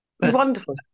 Wonderful